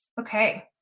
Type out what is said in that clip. Okay